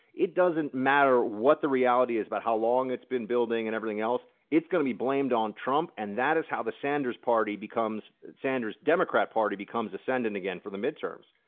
it doesn't matter what the reality is. about how long it's been building and everything else, it's going to be blamed on trump and that is how the sanders party becomes sander's democrat party becomes ascendant again for the midterms.